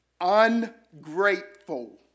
ungrateful